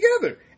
together